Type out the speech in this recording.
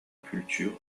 culture